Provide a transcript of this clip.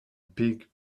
pig